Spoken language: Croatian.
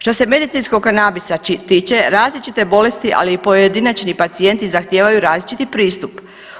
Što se medicinskog kanabisa tiče različite bolesti, ali i pojedinačni pacijenti zahtijevaju različiti pristup.